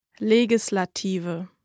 Legislative